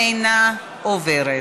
אינה עוברת.